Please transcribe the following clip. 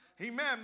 Amen